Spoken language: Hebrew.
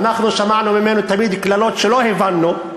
אנחנו שמענו ממנו תמיד קללות שלא הבנו,